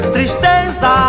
Tristeza